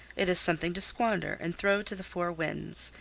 it is something to squander and throw to the four winds,